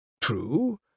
True